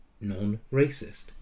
non-racist